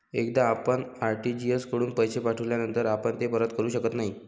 एकदा आपण आर.टी.जी.एस कडून पैसे पाठविल्यानंतर आपण ते परत करू शकत नाही